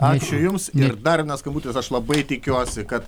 ačiū jums ir dar vienas skambutis aš labai tikiuosi kad